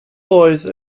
oedd